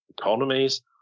economies